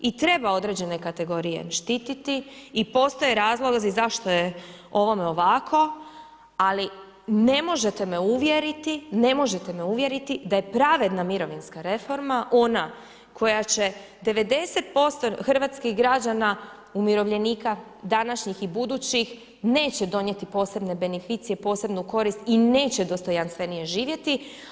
I treba određene kategorije štititi i postoje razlozi zašto je ovome ovako ali ne možete me uvjeriti, ne možete me uvjeriti da je pravedna mirovinska reforma ona koja će 90% hrvatskih građana umirovljenika, današnjih i budućih neće donijeti posebne beneficije, posebnu korist i neće dostojanstvenije živjeti.